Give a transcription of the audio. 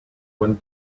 when